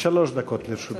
שלוש דקות לרשות גברתי.